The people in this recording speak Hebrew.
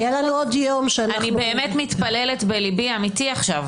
אני באמת מתפללת בליבי -אמיתי עכשיו